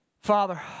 Father